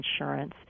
insurance